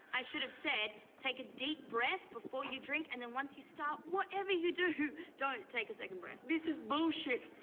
i should have said, take a deep breath before you drink and then once you start, whatever you do, don't take a second breath. this is bullshit.